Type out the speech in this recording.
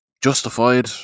justified